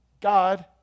God